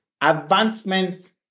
advancements